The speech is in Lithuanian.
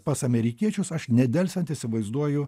pas amerikiečius aš nedelsiant įsivaizduoju